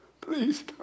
please